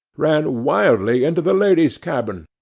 ran wildly into the ladies' cabin,